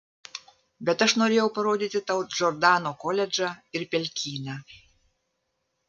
bet aš norėjau parodyti tau džordano koledžą ir pelkyną